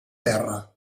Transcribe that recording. terra